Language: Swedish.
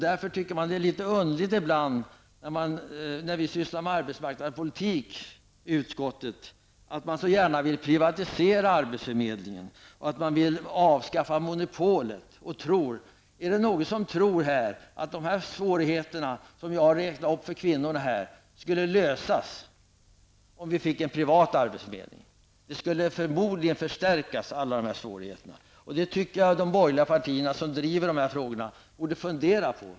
När vi sysslar med arbetsmarknadspolitik i utskottet, tycker jag ibland att det är litet underligt att man så gärna vill privatisera arbetsförmedlingen och att man vill avskaffa monopolet. Är det någon här som tror att de svårigheter för kvinnorna som jag har räknat upp skulle övervinnas om vi fick en privat arbetsförmedling? Alla dessa svårigheter skulle förmodligen förstärkas. Det tycker jag att de borgerliga partierna, som driver de här frågorna, borde fundera på.